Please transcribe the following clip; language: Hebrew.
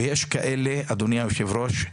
ויש כאלה אדוני היושב ראש,